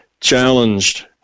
challenged